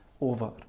over